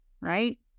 right